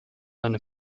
eine